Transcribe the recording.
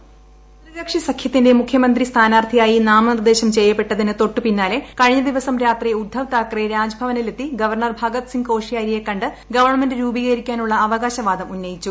voice ത്രികക്ഷി സഖ്യത്തിന്റെ മുഖ്യമന്ത്രി സ്ഥാനാർത്ഥിയായി നാമനിർദ്ദേശം ചെയ്യപ്പെട്ടതിന് തൊട്ടുപിന്നാലെ കഴിഞ്ഞ ദിവസം രാത്രി ഉദ്ദവ് താക്കറെ രാജ്ഭവനിലെത്തി ഗവർണർ ഭഗത് സിംഗ് കോഷ്യാരിയെ കണ്ട് ഗവൺമെന്റ് രൂപീകരിക്കാനുള്ള അവകാശവാദം ഉന്നയിച്ചു